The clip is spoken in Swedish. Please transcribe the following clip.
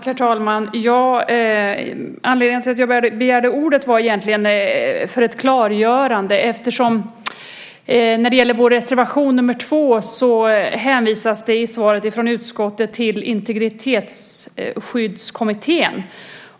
Herr talman! Jag begärde ordet mest för ett klargörande. När det gäller vår reservation, nr 2, hänvisar utskottet till Integritetsskyddskommittén.